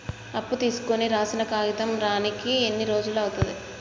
అప్పు తీసుకోనికి రాసిన కాగితం రానీకి ఎన్ని రోజులు అవుతది?